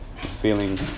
Feeling